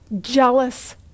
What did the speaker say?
jealous